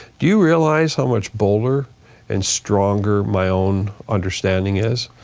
you realize how much bolder and stronger my own understanding is.